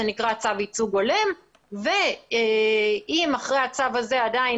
זה נקרא צו ייצוג הולם ואם אחרי הצו הזה עדיין